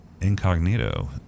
incognito